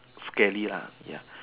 scary lah ya